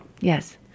Yes